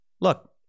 Look